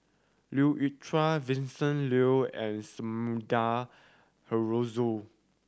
Leu Yew Chye Vincent Leow and Sumida Haruzo